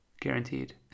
Guaranteed